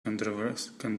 controversy